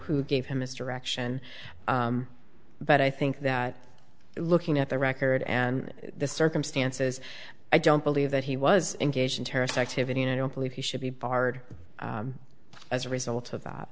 who gave him mr reaction but i think that looking at the record and the circumstances i don't believe that he was engaged in terrorist activity and i don't believe he should be barred as a result of that